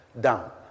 down